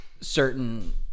certain